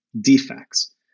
defects